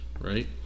right